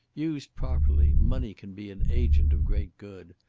used properly, money can be an agent of great good.